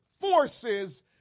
forces